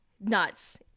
nuts